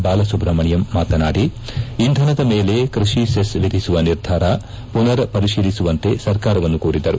ಬಾಲಸುಬ್ರಮಣಿಯಂ ಮಾತನಾಡಿ ಇಂಧನದ ಮೇಲೆ ಕ್ಷಷಿ ಸೆಸ್ ಎಧಿಸುವ ನಿರ್ಧಾರ ಮನರ್ ಪರಿಶೀಲಿಸುವಂತೆ ಸರ್ಕಾರವನ್ನು ಕೋರಿದರು